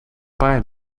paar